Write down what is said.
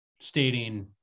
stating